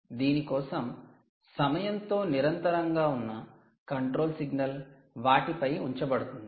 దీని కోసం సమయం తో నిరంతరంగా ఉన్న కంట్రోల్ సిగ్నల్ వాటిపై ఉంచబడుతుంది